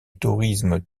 tourisme